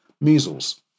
Measles